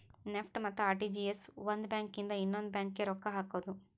NEFT ಮತ್ತ RTGS ಒಂದ್ bank ಇಂದ ಇನ್ನೊಂದು ಬ್ಯಾಂಕ್ ಗೆ ರೊಕ್ಕ ಹಕೋದು